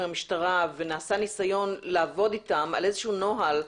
המשטרה ונעשה ניסיון לעבוד אתם על נוהל?